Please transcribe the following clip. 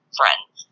friends